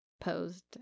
posed